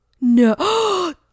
No